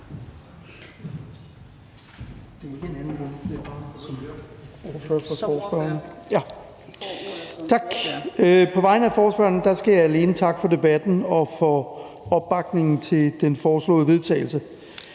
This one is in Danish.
På vegne af forespørgerne skal jeg alene takke for debatten og for opbakningen til forslaget til vedtagelse.